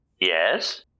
Yes